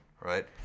right